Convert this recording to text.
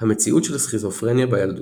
המציאות של סכיזופרניה בילדות,